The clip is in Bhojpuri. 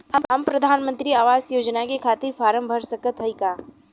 हम प्रधान मंत्री आवास योजना के खातिर फारम भर सकत हयी का?